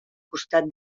costat